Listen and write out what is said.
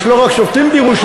יש לא רק שופטים בירושלים,